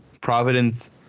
Providence